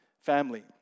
family